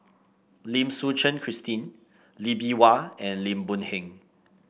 Lim Suchen Christine Lee Bee Wah and Lim Boon Heng